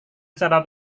secara